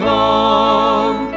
long